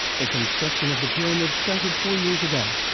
the construction of the pyramid started four years ago.